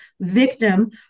victim